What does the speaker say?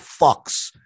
fucks